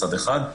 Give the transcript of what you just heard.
מצד אחד.